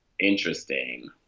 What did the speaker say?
interesting